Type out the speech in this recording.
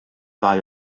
ddau